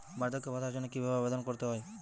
বার্ধক্য ভাতার জন্য কিভাবে আবেদন করতে হয়?